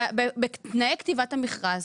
בתנאי כתיבת המכרז.